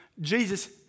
Jesus